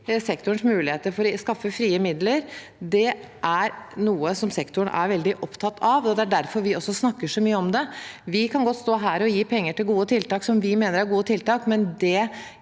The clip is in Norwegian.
sektorens muligheter for å skaffe frie midler. Det er noe sektoren er veldig opptatt av, og det er derfor vi snakker så mye om det. Vi kan godt stå her og gi penger til gode tiltak, som vi mener er gode tiltak,